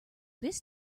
this